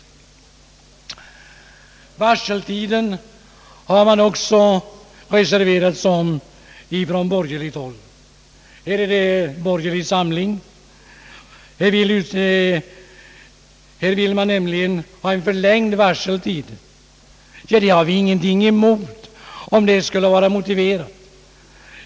Varseltiden har man också reserverat sig för ifrån borgerligt håll. Det är borgerlig samling. Här vill man nämligen ha en förlängd varseltid. Det har vi ingenting emot om det skulle vara motiverat.